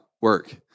work